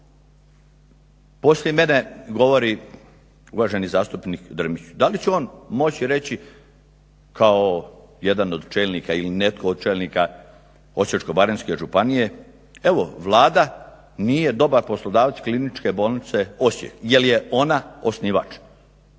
Poslije mene govori uvaženi zastupnik Drmić. Da li će on moći reći kao jedan od čelnika ili netko od čelnika Osječko-baranjske županije evo Vlada nije dobar poslodavac kliničke bolnice Osijek jer je ona osnivač.